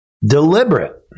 deliberate